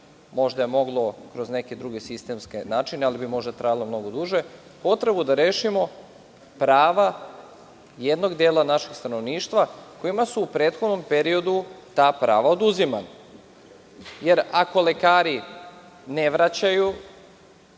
možda je moglo kroz neke druge sistemske načine ali bi sve to trajalo mnogo duže, prava jednog dela našeg stanovništva kojima su u prethodnom periodu ta prava oduzimana. Jer, ako lekari ne vraćaju,